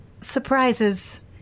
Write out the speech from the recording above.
Surprises